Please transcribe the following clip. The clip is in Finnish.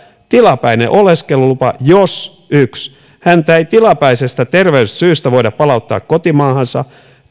tilapäinen oleskelulupa jos yksi häntä ei tilapäisestä terveyssyystä voida palauttaa kotimaahansa